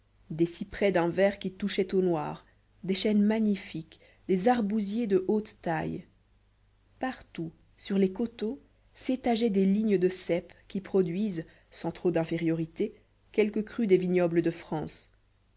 des cyprès d'un vert qui touchait au noir des chênes magnifiques des arbousiers de haute taille partout sur les coteaux s'étageaient des lignes de ceps qui produisent sans trop d'infériorité quelques crus des vignobles de france